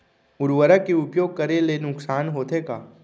उर्वरक के उपयोग करे ले नुकसान होथे का?